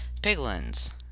Piglins